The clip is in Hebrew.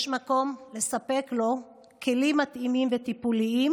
יש מקום לספק לו כלים מתאימים וטיפוליים,